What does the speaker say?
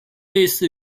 类似